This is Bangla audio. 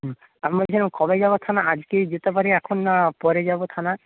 হুম আমি বলছিলাম কবে যাব থানায় আজকেই যেতে পারি এখন না পরে যাব থানায়